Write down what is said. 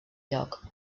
lloc